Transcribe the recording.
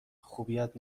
خوبیت